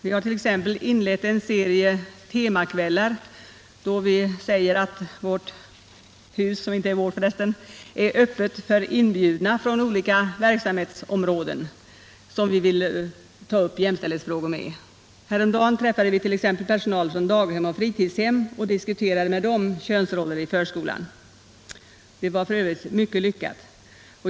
Vi har t.ex. inlett en serie temakvällar, där vi säger att huset är öppet för inbjudna från olika verksamhetsområden som vi gärna vill dryfta jämställdhetsfrågor med. Häromdagen träffade vi personal från daghem och fritidshem och diskuterade ”könsroller i förskolan” — det var f. ö. mycket lyckat.